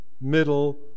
middle